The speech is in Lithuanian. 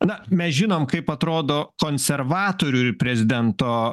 na mes žinom kaip atrodo konservatorių ir prezidento